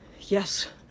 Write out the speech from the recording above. Yes